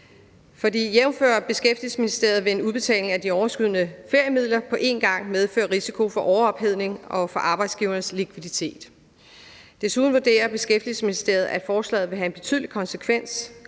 jævnfør Beskæftigelsesministeriet vil en udbetaling af de overskydende feriemidler på en gang medføre risiko for overophedning og for arbejdsgivernes likviditet. Desuden vurderer Beskæftigelsesministeriet, at forslaget vil have betydelige konsekvenser